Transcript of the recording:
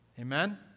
Amen